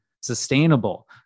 sustainable